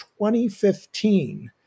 2015